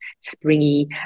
springy